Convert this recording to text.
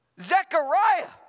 Zechariah